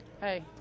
Hey